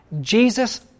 Jesus